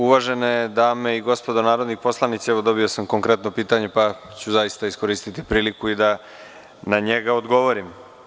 Uvažene dame i gospodo narodni poslanici, dobio sam konkretno pitanje, pa ću zaista iskoristiti priliku i da na njega odgovorim.